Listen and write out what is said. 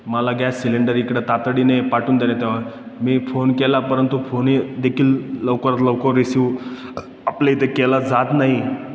मला gas cylinder इकडं तातडीने पाठवून देण्यात यावं मी फोन केला परंतु फोनही देखील लवकरात लवकर रिसिव्ह आपल्या इथं केला जात नाही